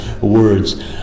words